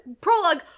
prologue